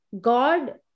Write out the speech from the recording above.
God